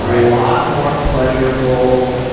a lot more pleasurable,